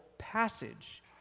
Passage